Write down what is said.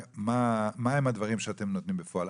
מה הם הדברים שאתם נותנים בפועל?